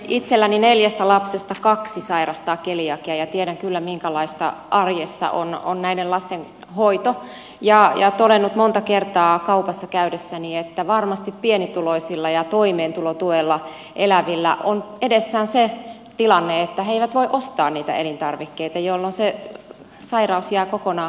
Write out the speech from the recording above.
itselläni neljästä lapsesta kaksi sairastaa keliakiaa ja tiedän kyllä minkälaista arjessa on näiden lasten hoito ja olen todennut monta kertaa kaupassa käydessäni että varmasti pienituloisilla ja toimeentulotuella elävillä on edessään se tilanne että he eivät voi ostaa niitä elintarvikkeita jolloin se sairaus jää kokonaan hoitamatta